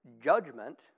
judgment